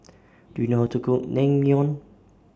Do YOU know How to Cook Naengmyeon